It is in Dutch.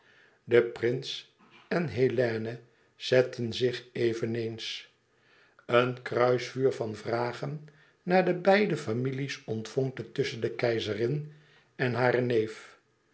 de prins en hélène zetten zich eveneens een kruisvuur van vragen naar de beide families ontvonkte tusschen de keizerin en haren neef